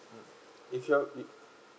mm if you are mm